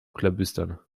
klabüstern